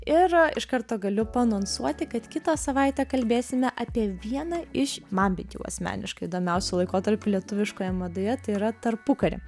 ir iš karto galiu paanonsuoti kad kitą savaitę kalbėsime apie vieną iš man bent jau asmeniškai įdomiausių laikotarpių lietuviškoje madoje tai yra tarpukarį